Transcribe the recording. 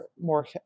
more